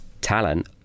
talent